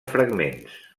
fragments